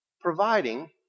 providing